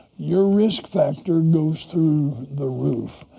your risk factor goes through the roof.